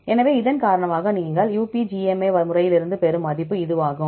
எனவே இதன் காரணமாக நீங்கள் UPGMA முறையிலிருந்து பெறும் மதிப்பு இதுவாகும்